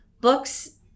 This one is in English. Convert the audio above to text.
books